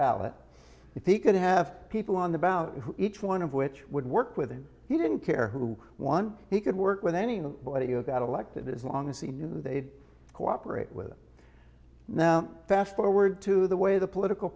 ballot if he could have people on the bow each one of which would work with him he didn't care who won he could work with any audio that elected as long as he knew they cooperate with now fast forward to the way the political